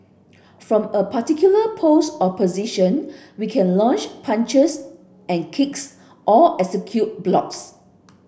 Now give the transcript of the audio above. from a particular pose or position we can launch punches and kicks or execute blocks